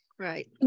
Right